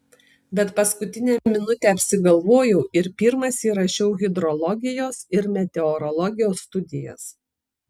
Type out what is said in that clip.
bet paskutinę minutę apsigalvojau ir pirmas įrašiau hidrologijos ir meteorologijos studijas